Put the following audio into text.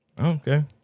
Okay